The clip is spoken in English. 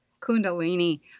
Kundalini